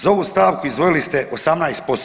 Za ovu stavku izdvojili ste 18%